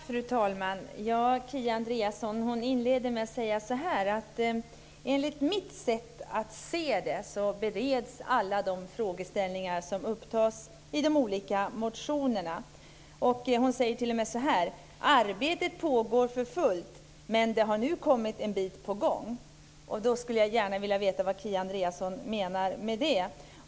Fru talman! Kia Andreasson inledde med att säga: Enligt mitt sätt att se det bereds alla de frågeställningar som upptas i de olika motionerna. Hon säger t.o.m. så här: Arbetet pågår för fullt, men det har nu kommit en bit på väg. Då skulle jag gärna vilja veta vad Kia Andreasson menar med det.